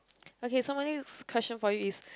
okay so normally question for you is